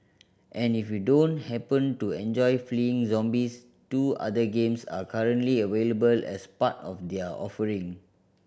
and if you don't happen to enjoy fleeing zombies two other games are currently available as part of their offering